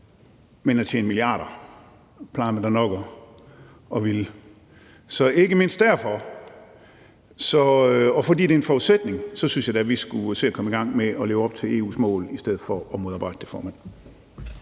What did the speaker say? Men at tjene milliarder plejer man da nok at ville. Så ikke mindst derfor, og fordi det er en forudsætning, synes jeg da, vi skulle se at komme i gang med at leve op til EU's mål i stedet for at modarbejde det, formand.